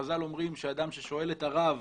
חז"ל אומרים שאדם ששואל את הרב